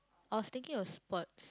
I was thinking of sports